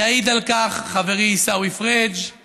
יעיד על כך חברי עיסאווי פריג';